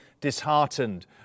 disheartened